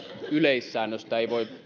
yleissäännöstä ei voi